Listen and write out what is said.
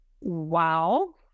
wow